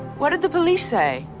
what did the police say?